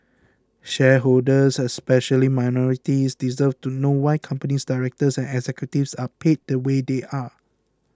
shareholders especially minorities deserve to know why company directors and executives are paid the way they are